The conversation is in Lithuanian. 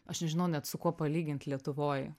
aš nežinau net su kuo palygint lietuvoj